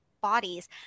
Bodies